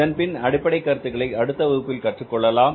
இதன்பின் அடிப்படை கருத்துக்களை அடுத்த வகுப்பில் கற்றுக்கொள்ளலாம்